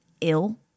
ill